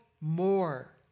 more